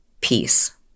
peace